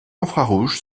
infrarouge